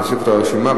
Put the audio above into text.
נוסיף אותו לרשימה,